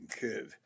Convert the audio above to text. kid